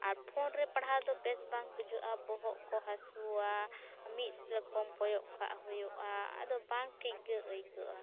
ᱟᱨ phone ᱨᱮ ᱯᱟᱲᱦᱟᱣ ᱫᱚ ᱵᱮᱥ ᱵᱟᱝ ᱵᱩᱡᱷᱟᱹᱜᱼᱟ ᱵᱚᱦᱚᱜ ᱠᱚ ᱦᱟᱹᱥᱩᱣᱟ ᱢᱤᱫ ᱨᱚᱠᱚᱢ ᱠᱚᱭᱚᱜ ᱠᱟᱜ ᱦᱳᱭᱳᱜᱼᱟ ᱟᱫᱚ ᱵᱟᱝ ᱴᱷᱤᱠ ᱜᱮ ᱟᱹᱭᱠᱟᱹᱜᱼᱟ